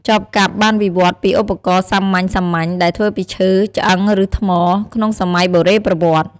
ចបកាប់បានវិវត្តន៍ពីឧបករណ៍សាមញ្ញៗដែលធ្វើពីឈើ ឆ្អឹង ឬថ្ម ក្នុងសម័យបុរេប្រវត្តិ។